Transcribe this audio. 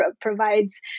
provides